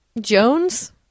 jones